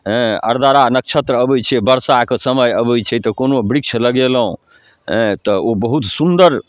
अरदरा नक्षत्र अबै छै वर्षाके समय अबै छै तऽ कोनो वृक्ष लगेलहुँ तऽ ओ बहुत सुन्दर